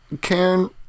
Karen